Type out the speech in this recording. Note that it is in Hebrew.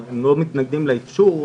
אנחנו לא מתנגדים לייצור,